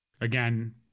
Again